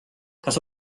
kas